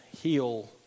heal